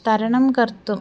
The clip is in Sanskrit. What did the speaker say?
तरणं कर्तुं